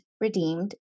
Redeemed